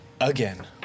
again